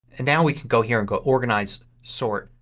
and now we can go here and go organize, sort,